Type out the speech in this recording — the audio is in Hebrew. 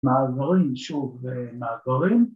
‫מעברים שוב ומעברים.